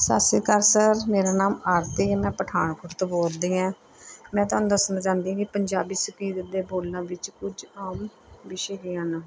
ਸਤਿ ਸ਼੍ਰੀ ਅਕਾਲ ਸਰ ਮੇੇਰਾ ਨਾਮ ਆਰਤੀ ਹੈ ਮੈਂ ਪਠਾਨਕੋਟ ਤੋਂ ਬੋਲਦੀ ਐਂ ਮੈਂ ਤੁਹਾਨੂੰ ਦੱਸਣਾ ਚਾਹੁੰਦੀ ਕਿ ਪੰਜਾਬੀ ਸੰਗੀਤ ਦੇ ਬੋਲਣ ਵਿੱਚ ਕੁਝ ਆਮ ਵਿਸ਼ੇ ਹੈਗੇ ਹਨ